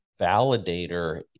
validator